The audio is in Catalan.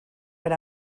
per